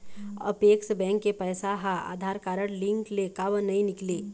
Apex bank के पैसा हा आधार कारड लिंक ले काबर नहीं निकले?